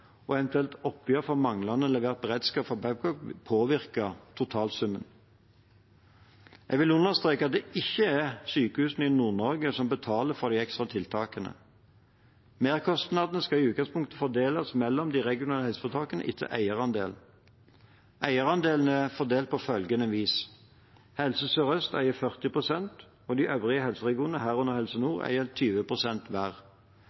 og eventuelt oppgjør for manglende levert beredskap fra Babcock påvirke totalsummen. Jeg vil understreke at det ikke er sykehusene i Nord-Norge som betaler for de ekstra tiltakene. Merkostnadene skal i utgangspunktet fordeles mellom de regionale helseforetakene etter eierandel. Eierandelen er fordelt på følgende vis: Helse Sør-Øst eier 40 pst., og de øvrige helseregionene, herunder Helse